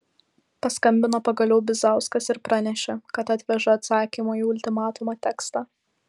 paskambino pagaliau bizauskas ir pranešė kad atveža atsakymo į ultimatumą tekstą